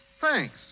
Thanks